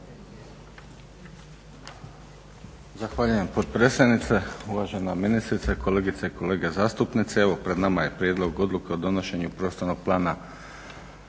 Zahvaljujem potpredsjednice. Uvažena ministrice, kolegice i kolege zastupnice. Evo pred nama je prijedlog Odluke o donošenju prostornog plana